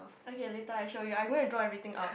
okay later I show you I go and draw everything out